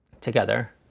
together